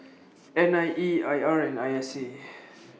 N I E I R and I S A